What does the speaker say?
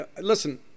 Listen